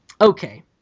okay